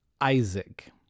Isaac